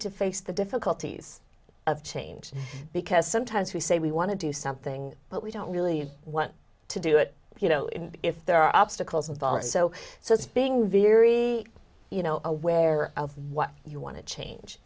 to face the difficulties of change because sometimes we say we want to do something but we don't really want to do it you know if there are obstacles involved so so it's being very you know aware of what you want to change